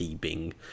Bing